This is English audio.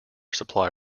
supply